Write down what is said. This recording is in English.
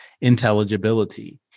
intelligibility